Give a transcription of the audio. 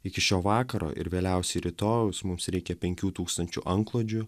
iki šio vakaro ir vėliausiai rytojaus mums reikia penkių tūkstančių antklodžių